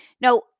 Now